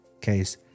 case